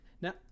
Now